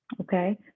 Okay